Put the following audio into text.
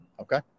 Okay